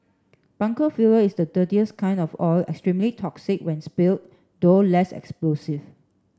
bunker fuel is the dirtiest kind of oil extremely toxic when spilled though less explosive